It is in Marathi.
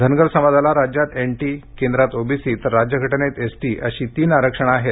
धनगर समाजाला राज्यात एन टी केंद्रात ओबीसी तर राज्यघटनेत एसटी अशी तीन आरक्षणे आहेत